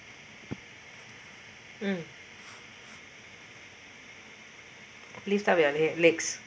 mm lift up your le~ legs